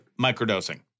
microdosing